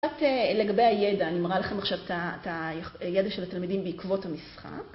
לגבי הידע, אני מראה לכם עכשיו את הידע של התלמידים בעקבות המשחק.